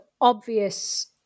obvious